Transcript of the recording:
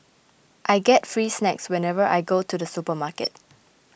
I get free snacks whenever I go to the supermarket